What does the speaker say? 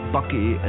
Bucky